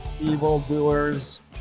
evildoers